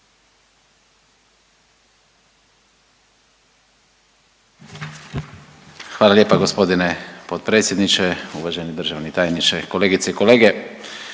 Hvala lijepa gospodine potpredsjedniče, uvaženi državni tajniče, kolegice i kolege.